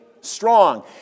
strong